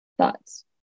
Thoughts